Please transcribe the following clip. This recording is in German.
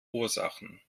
ursachen